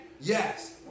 Yes